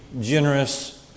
generous